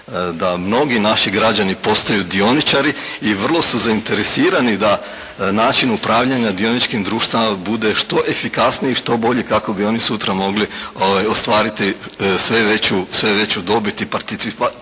da mnogi naši građani postaju dioničari i vrlo su zainteresirani da način upravljanja dioničkim društvima bude što efikasniji, što bolji kako bi oni sutra mogli ostvariti sve veću dobit i